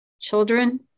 children